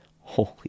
Holy